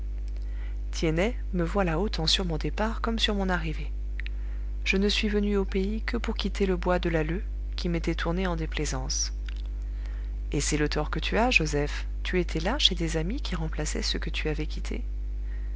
me voilà autant sur mon départ comme sur mon arrivée je ne suis venu au pays que pour quitter le bois de l'alleu qui m'était tourné en déplaisance et c'est le tort que tu as joseph tu étais là chez des amis qui remplaçaient ceux que tu avais quittés